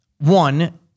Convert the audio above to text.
One